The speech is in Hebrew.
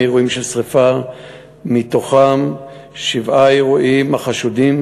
פעולות חינוך בבתי-הספר ומפגשים עם כלל המנהיגות בשכונות,